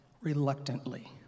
reluctantly